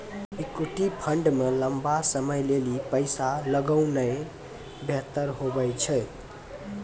equity fund मे लंबा समय लेली पैसा लगौनाय बेहतर हुवै छै